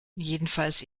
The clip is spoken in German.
jedenfalls